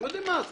זה